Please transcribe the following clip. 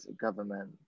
government